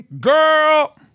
Girl